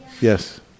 Yes